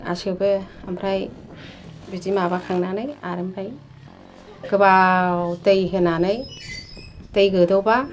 गासिबो ओमफ्राय बिदि माबाखांनानै आर ओमफ्राय गोबाव दै होनानै दै गोदौबा